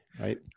right